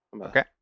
Okay